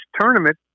tournament